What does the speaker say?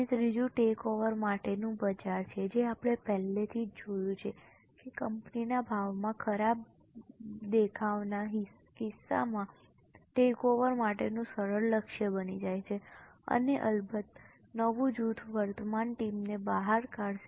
અને ત્રીજું ટેકઓવર માટેનું બજાર છે જે આપણે પહેલેથી જ જોયું છે કે કંપનીના ભાવમાં ખરાબ દેખાવના કિસ્સામાં ટેકઓવર માટેનું સરળ લક્ષ્ય બની જાય છે અને અલબત્ત નવું જૂથ વર્તમાન ટીમને બહાર કાઢશે